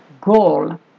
goal